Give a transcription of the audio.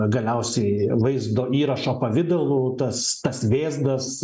galiausiai vaizdo įrašo pavidalu tas tas vėzdas